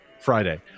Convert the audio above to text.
friday